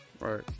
Right